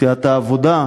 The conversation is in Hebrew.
סיעת העבודה,